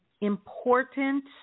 important